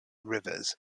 rivers